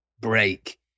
break